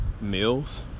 meals